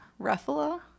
ruffalo